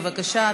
בבקשה,